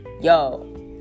yo